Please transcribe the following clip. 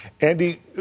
Andy